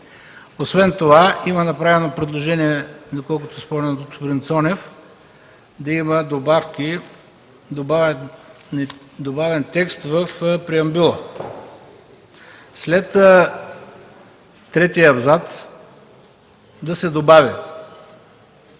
Освен това има направено предложение, доколкото си спомням, от господин Цонев, да има добавен текст в преамбюла. След третия абзац да се добави: